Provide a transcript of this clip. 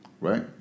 right